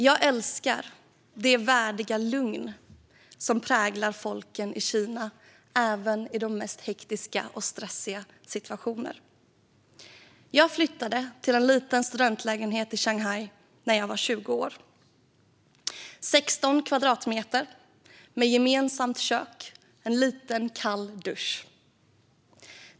Jag älskar det värdiga lugn som präglar folket i Kina även i de mest hektiska och stressiga situationer. Jag flyttade till en liten studentlägenhet i Shanghai när jag var 20 år - 16 kvadratmeter, med gemensamt kök och en liten, kall dusch.